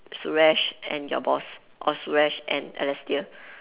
Suresh and your boss or Suresh and Alistair